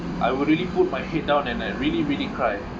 I would really put my head down and I really really cry